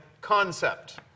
concept